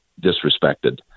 disrespected